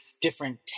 different